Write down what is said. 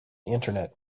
internet